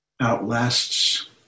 outlasts